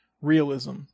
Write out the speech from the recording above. realism